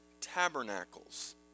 tabernacles